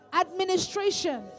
Administration